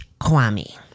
Kwame